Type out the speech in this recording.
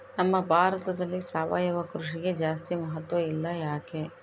ನಮ್ಮ ಭಾರತದಲ್ಲಿ ಸಾವಯವ ಕೃಷಿಗೆ ಜಾಸ್ತಿ ಮಹತ್ವ ಇಲ್ಲ ಯಾಕೆ?